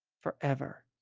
forever